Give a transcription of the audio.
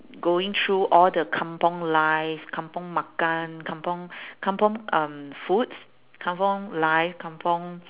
going through all the kampung life kampung makan kampung kampung um foods kampung life kampung